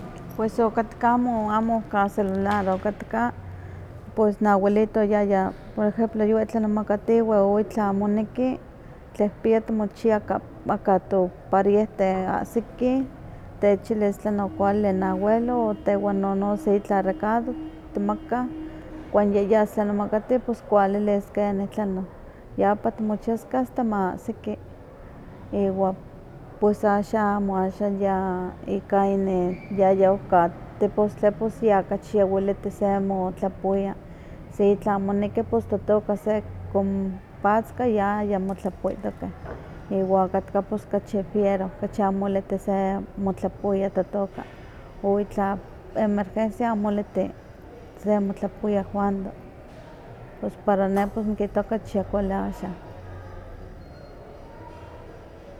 Pues okatka amo amo onkah celular, okatka pues noabuelito yaya por ejemplo yuwi tlanemakatiweh o itlah moneki, tlehpia timochia aka aka topariehte asikih, techilis tlen okualili noawelo o tehwan nono seitla recado timaka, cuando yayas tlanemakatin, kualilis no tleno, ya ompa timochiaskeh asta ma asiki. Iwan pues ya axa amo, axan ya ika inin yayaohka tepostli, pues yaya kachi weliti semotlapowia, si itlah moneki pues totoka sekonpatzka ya yamotlapowihtokeh, iwa okatka kachi wiero, kachi amo weliti se motlapowia totoka, o itla emergencia amo weliti, semotlapowia cuando. Pues para ne nikita ya kachi kuali axa.